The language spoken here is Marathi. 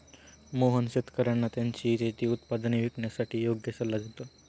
मोहन शेतकर्यांना त्यांची शेती उत्पादने विकण्यासाठी योग्य सल्ला देतात